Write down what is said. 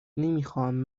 نمیخواهم